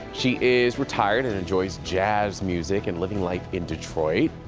she is retired and enjoys jazz music and living life in detroit.